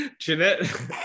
Jeanette